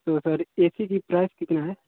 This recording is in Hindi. तो सर ए सी की प्राइस कितना है